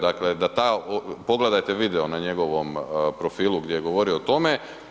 Dakle, da ta, pogledajte video na njegovom profilu gdje je govorio o tome.